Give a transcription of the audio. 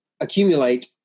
accumulate